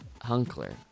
Hunkler